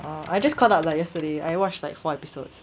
orh I just caught up like yesterday I watched like four episodes